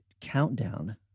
countdown